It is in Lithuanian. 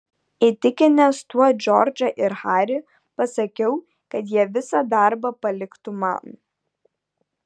įtikinęs tuo džordžą ir harį pasakiau kad jie visą darbą paliktų man